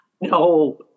No